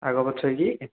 ଆଗ ପଛ ହେଇକି